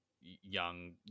young